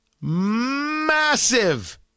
Massive